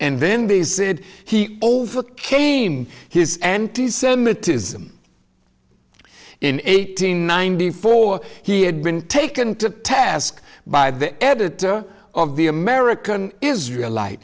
and then they said he overcame his anti semitism in eighty nine before he had been taken to task by the editor of the american israel li